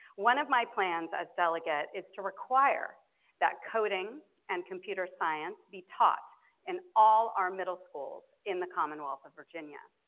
one of my plans as delegate is to require that coding and computer science be taught in all our middle schools in the commonwealth of virginia.